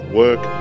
work